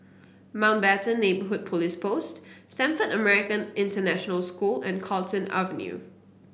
Mountbatten Neighbourhood Police Post Stamford American International School and Carlton Avenue